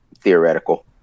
theoretical